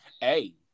hey